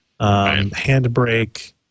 handbrake